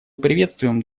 приветствуем